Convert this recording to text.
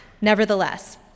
Nevertheless